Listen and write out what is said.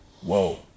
whoa